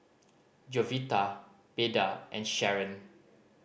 Jovita Beda and Sharron